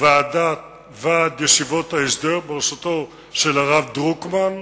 ועד ישיבות ההסדר, בראשותו של הרב דרוקמן,